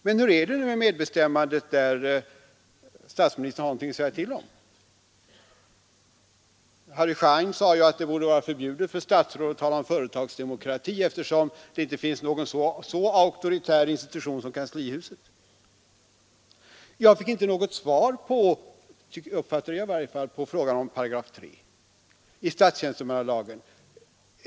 Men hur är det med medbestämmandet där statsministern har någonting att säga till om. Harry Schein har ju sagt att det borde vara 143 förbjudet för statsråd att tala om företagsdemokrati, eftersom det inte finns någon så auktoritär institution som kanslihuset. Jag fick inte något svar på frågan om 3 § i statstjänstemannalagen — i varje fall uppfattade jag det inte.